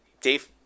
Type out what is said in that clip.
Dave